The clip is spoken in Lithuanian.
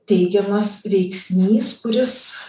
teigiamas veiksnys kuris